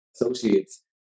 associates